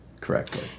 correctly